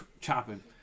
chopping